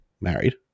married